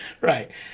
Right